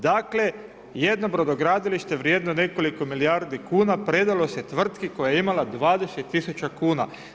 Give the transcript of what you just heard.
Dakle, jedno brodogradilište vrijedno nekoliko milijardi kuna predalo se tvrtki koja je imala 20 000 kuna.